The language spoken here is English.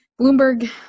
Bloomberg